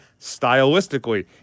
stylistically